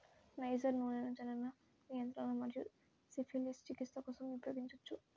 niger నూనెను జనన నియంత్రణ మరియు సిఫిలిస్ చికిత్స కోసం ఉపయోగించవచ్చు